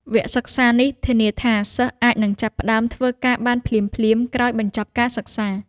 វគ្គសិក្សានេះធានាថាសិស្សអាចចាប់ផ្តើមធ្វើការបានភ្លាមៗក្រោយបញ្ចប់ការសិក្សា។